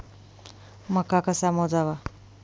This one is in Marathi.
मका कसा मोजावा?